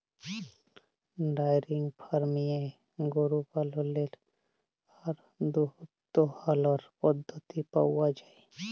diary ফার্মিংয়ে গরু পাললের আর দুহুদ দহালর পদ্ধতি পাউয়া যায়